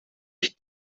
ich